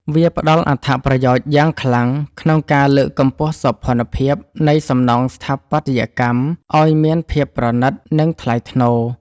វាផ្ដល់អត្ថប្រយោជន៍យ៉ាងខ្លាំងក្នុងការលើកកម្ពស់សោភ័ណភាពនៃសំណង់ស្ថាបត្យកម្មឱ្យមានភាពប្រណីត និងថ្លៃថ្នូរ។